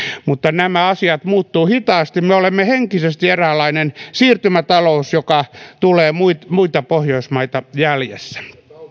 mutta nämä asiat muuttuvat hitaasti me olemme henkisesti eräänlainen siirtymätalous joka tulee muita muita pohjoismaita jäljessä